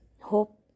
hope